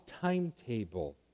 timetable